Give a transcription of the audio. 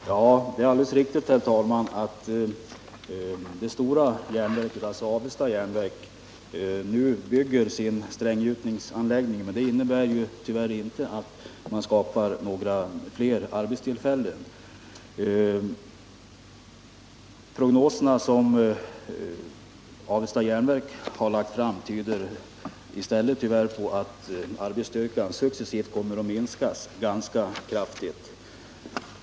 Herr talman! Det är alldeles riktigt att det stora järnverket, alltså Avesta Jernverks AB, nu bygger sin stränggjutningsanläggning. Men det innebär tyvärr inte att man skapar fler arbetstillfällen. Prognoserna som Avesta Jernverks AB har lagt fram tyder i stället på att arbetsstyrkan successivt kommer att minskas ganska kraftigt.